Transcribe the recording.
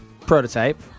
prototype